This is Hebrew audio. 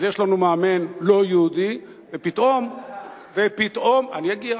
אז יש לנו מאמן לא יהודי, אני אגיע.